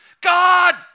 God